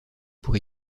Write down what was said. pour